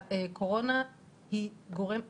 הקורונה היא גורם אחד,